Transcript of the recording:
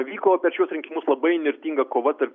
vyko per šiuos rinkimus labai įnirtinga kova tarp